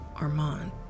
Armand